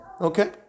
Okay